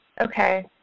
Okay